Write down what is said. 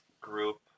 group